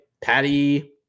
Patty